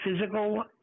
physical